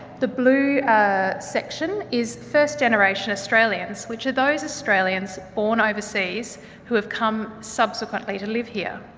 the blue ah section is first generation australians, which are those australians born overseas who have come subsequently to live here.